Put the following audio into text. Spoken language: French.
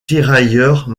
tirailleurs